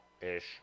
Ish